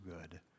good